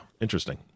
interesting